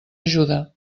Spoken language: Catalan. ajuda